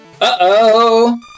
Uh-oh